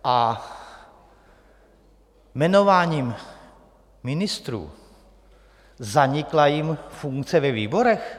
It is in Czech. Jmenováním ministrů zanikla jim funkce ve výborech?